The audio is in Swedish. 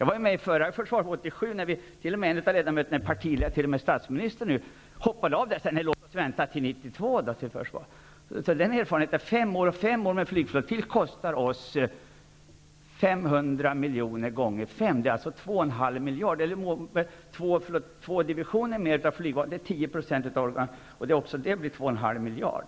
Jag var med i arbetet inför 1987 års försvarsbeslut, när t.o.m. en av ledamöterna, numera statsminister, hoppade av och sade: Låt oss vänta in 1992 års försvarsbeslut! Erfarenheterna säger att fem års verksamhet i en flygflottilj kostar oss fem gånger 500 miljoner, alltså 2 1 2 miljard.